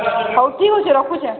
ହଉ ଠିକ୍ ଅଛି ରଖୁଛେଁ